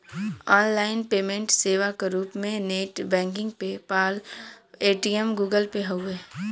online payment सेवा क रूप में net banking PayPal, Paytm, Google Pay हउवे